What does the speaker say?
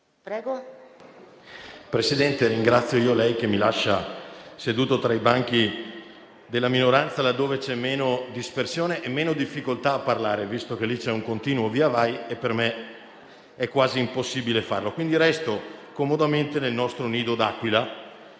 Presidente, ringrazio lei che mi lascia sedere tra i banchi della minoranza, dove c'è meno dispersione e meno difficoltà a parlare, visto che lì c'è un continuo viavai e per me è quasi impossibile intervenire. Quindi, resto comodamente nel nostro nido d'aquila